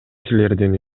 силердин